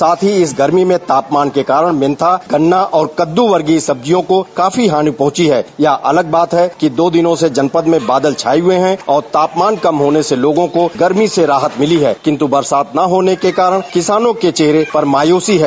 साथ ही इस गरमी में तापमान के कारण मेंथा गन्ना और कद्दू वर्गीय सब्जियों का काफी हानि पहुंची है यह अलग बात है कि दो दिनों से जनपद में बादल छाये हुए है और तापमान कम होने से लोगों को गरमी से राहत मिली है किन्तु बरसात न होने के कारण किसानों के चेहरे पर मायूसी है